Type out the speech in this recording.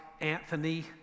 Anthony